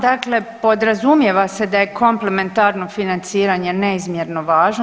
Dakle podrazumijeva se da je komplementarno financiranje neizmjerno važno.